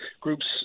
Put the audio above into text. groups